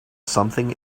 something